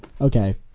Okay